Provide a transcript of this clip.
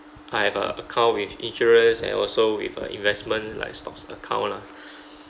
I have a account with insurance and also with uh investment like stocks account lah